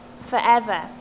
forever